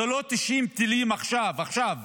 זה לא 90 טילים עכשיו, עכשיו,